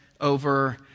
over